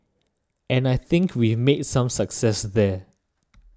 and I think we've made some success there